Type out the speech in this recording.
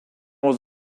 was